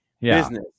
business